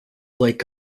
lake